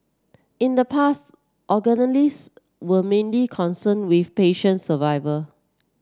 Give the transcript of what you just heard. in the past were mainly concern with patient survivor